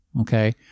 okay